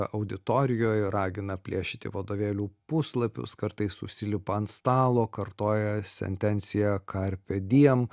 auditorijoj ragina plėšyti vadovėlių puslapius kartais užsilipa ant stalo kartoja sentenciją karpe diem